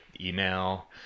email